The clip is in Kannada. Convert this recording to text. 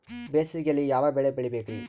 ಬೇಸಿಗೆಯಲ್ಲಿ ಯಾವ ಬೆಳೆ ಬೆಳಿಬೇಕ್ರಿ?